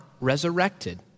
resurrected